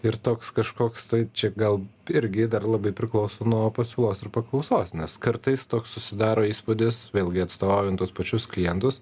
ir toks kažkoks tai čia gal irgi dar labai priklauso nuo pasiūlos ir paklausos nes kartais toks susidaro įspūdis vėlgi atstovaujant tuos pačius klientus